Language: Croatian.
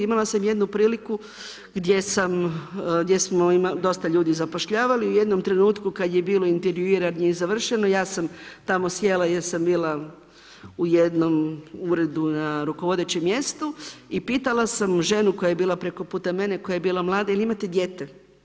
Imala sam jednu priliku gdje sam, gdje smo dosta ljudi zapošljavali i u jednom trenutku kad je bilo intervjuiranje završeno ja sam tamo sjela jer sam bila u jednom uredu na rukovodećem mjestu i pitala sam ženu koja je bila preko puta mene, koja je bila mlada, jel imate dijete?